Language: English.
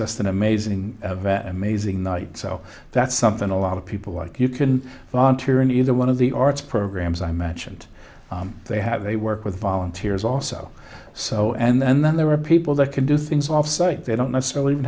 just an amazing amazing night so that's something a lot of people like you can volunteer in either one of the arts programs i mentioned they have they work with volunteers also so and then there are people that can do things offsite they don't necessarily